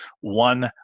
one